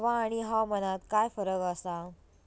हवा आणि हवामानात काय फरक असा?